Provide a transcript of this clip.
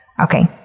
Okay